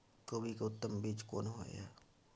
कोबी के उत्तम बीज कोन होय है?